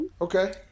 Okay